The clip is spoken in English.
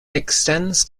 extends